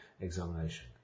examination